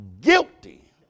guilty